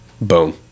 Boom